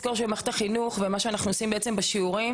סוציואקונומי גבוה פחות נרשמות בשירות הציבורי,